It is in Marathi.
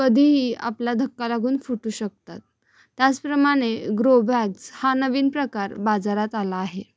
कधीही आपला धक्का लागून फुटू शकतात त्याचप्रमाणे ग्रोबॅग्स हा नवीन प्रकार बाजारात आला आहे